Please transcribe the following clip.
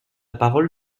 parole